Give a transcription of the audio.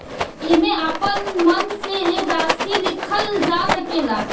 एईमे आपन मन से राशि लिखल जा सकेला